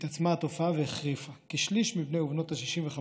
התעצמה התופעה והחריפה: כשליש מבני ובנות ה-65